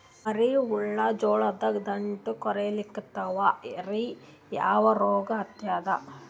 ಮರಿ ಹುಳ ಜೋಳದ ದಂಟ ಕೊರಿಲಿಕತ್ತಾವ ರೀ ಯಾ ರೋಗ ಹತ್ಯಾದ?